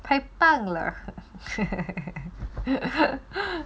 太棒了